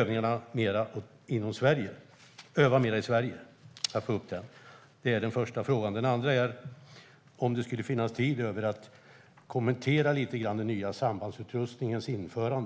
övningarna mer inom Sverige och öva mer här? Om det finns tid över skulle jag vilja att ministern kommenterar den nya sambandsutrustningens införande.